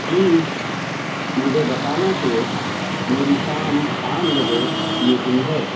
please مجھے بتانا کہ میری شام پانچ بجے میٹنگ ہے